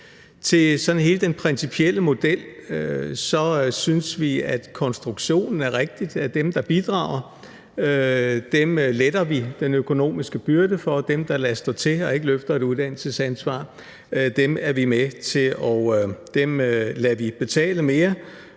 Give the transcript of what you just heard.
sådan principielle model, synes vi, at konstruktionen er rigtig, nemlig at dem, der bidrager, letter vi den økonomiske byrde for, og at dem, der lader stå til og ikke løfter et uddannelsesansvar, lader vi betale mere.